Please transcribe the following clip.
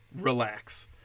Relax